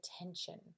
attention